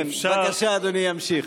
כן, בבקשה, אדוני ימשיך.